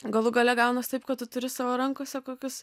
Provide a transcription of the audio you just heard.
galų gale gaunasi taip kad tu turi savo rankose kokius